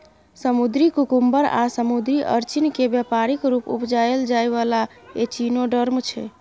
समुद्री कुकुम्बर आ समुद्री अरचिन केँ बेपारिक रुप उपजाएल जाइ बला एचिनोडर्म छै